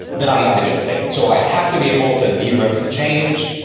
then i'm not in a good state. so i have to be able to de-risk change.